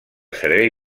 servei